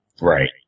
Right